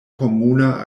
komuna